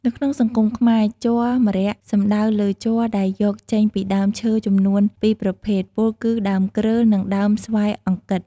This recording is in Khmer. នៅក្នុងសង្គមខ្មែរ ជ័រ ម្រ័ក្សណ៍សំដៅលើជ័រដែលយកចេញពីដើមឈើចំនួនពីរប្រភេទ ពោលគឺដើមគ្រើល និងដើមស្វាយអង្គិត។